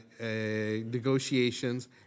negotiations